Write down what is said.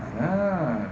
ya lah